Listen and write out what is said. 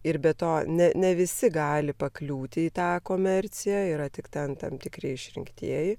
ir be to ne ne visi gali pakliūti į tą komerciją yra tik ten tam tikri išrinktieji